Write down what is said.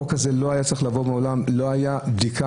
החוק הזה לא היה צריך לבוא מעולם, לא היתה בדיקה.